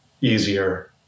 easier